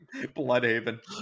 Bloodhaven